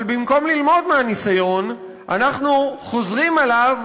אבל במקום ללמוד מהניסיון אנחנו חוזרים אליו,